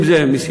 אם זה מסיבות